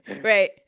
right